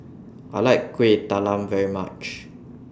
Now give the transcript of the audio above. I like Kuih Talam very much